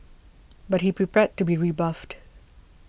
but be prepared to be rebuffed